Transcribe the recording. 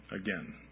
again